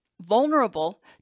vulnerable